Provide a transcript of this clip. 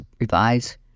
revise